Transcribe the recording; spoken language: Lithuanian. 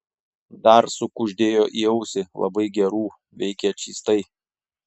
dar sukuždėjo į ausį labai gerų veikia čystai